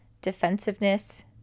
defensiveness